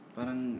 Parang